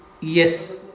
Yes